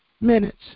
minutes